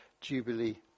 Jubilee